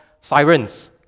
sirens